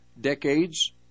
decades